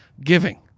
giving